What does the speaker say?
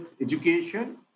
education